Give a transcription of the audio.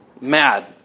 mad